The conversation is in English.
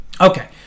Okay